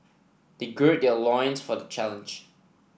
they gird their loins for the challenge